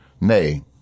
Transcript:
Nay